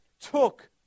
took